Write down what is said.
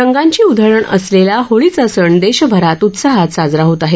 रंगांची उधळण असलेला होळीचा सण देशभरात उत्साहात साजरा होत आहे